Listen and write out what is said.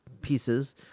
pieces